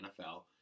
NFL